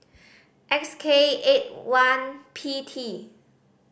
X K eight one P T